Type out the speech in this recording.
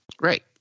Right